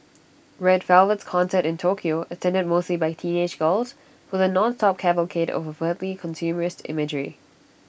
red Velvet's concert in Tokyo attended mostly by teenage girls was A nonstop cavalcade of overtly consumerist imagery